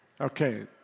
Okay